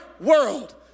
world